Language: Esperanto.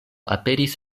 aperis